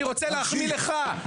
אני רוצה להחמיא לך,